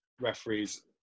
referees